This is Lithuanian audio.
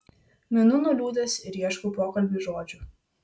minu nuliūdęs ir ieškau pokalbiui žodžių